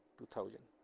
two thousand.